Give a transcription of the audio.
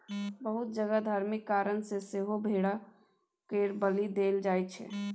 बहुत जगह धार्मिक कारण सँ सेहो भेड़ा केर बलि देल जाइ छै